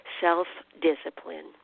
self-discipline